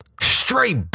Straight